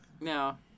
No